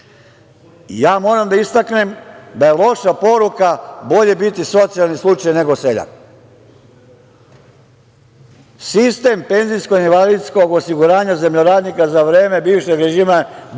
ja moram da istaknem da je loša poruka: bolje biti socijalni slučaj, nego seljak. Sistem penzijskog i invalidskog osiguranja zemljoradnika za vreme bivšeg režima bio